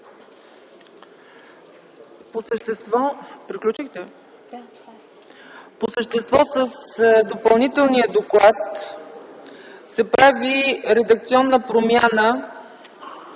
По същество с Допълнителния доклад се прави редакционна промяна.